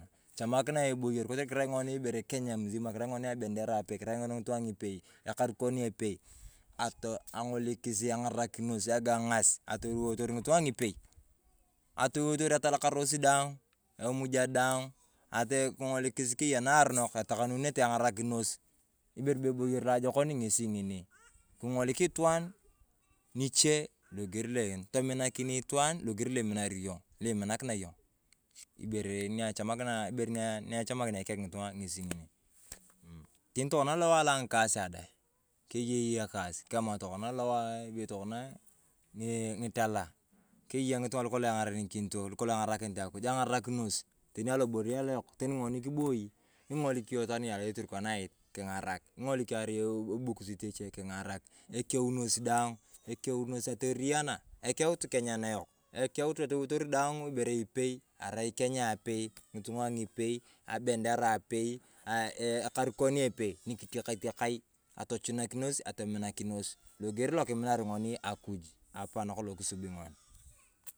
Echamakina eboyor kotere kivai ngoni kenya miti kirai ngoni abendera apei kirai ngoni ngitung’a ngipei ekarikon epei ato engolikisi, eng’arakinos ekang’as atoliwotor ngitung’a ng’ipei atoliwotor atalakaros daang’ emuja daaang’uu kingolikisi keya narunok etakunenete eng’arakinos ibore be eboyor loajokoa ngesi ngini king; olie itwan niche logeor tominakin itwan logeor loa iminakina iyong loa iminakina iyong ibere niachamakin ibore niaa chanakina ikek ngitung’a ngesi ngini. Tenitokona ewa loa ngikaasia dae kiye ekaas kori tokona alowae alongitek keya ngitung’a loakolong eng’arebikinito lukolong engarakinet akuj. Eng’arenikinito, teni aloboyov aloyok ngoni kiboii ing’olik iyong itwan ni erai eturkanait, kirang’arak kingolik iyong erai ebukut eche kingarak. Ekeunos daang. Ekeunos atoriyana. Ekeutu kenya nayok. Ekeutu atoliwotor daang ibore ipei. Erai kenya apei ngitung’a ngipei abendera apei aaaeei ekarikon epei nikitikatikai atachunakinoj logeor loakiminar ngoni akuj nakolong kisubi ngoni.